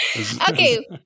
Okay